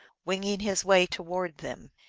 winging his way towards them.